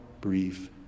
brief